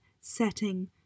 setting